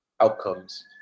outcomes